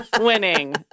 Winning